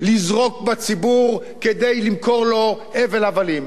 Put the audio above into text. לזרוק בציבור כדי למכור לו הבל הבלים.